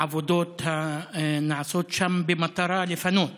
העבודות הנעשות שם במטרה לפנות